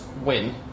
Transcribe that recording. win